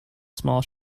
small